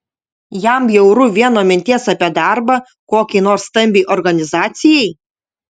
jam bjauru vien nuo minties apie darbą kokiai nors stambiai organizacijai